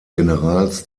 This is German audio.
generals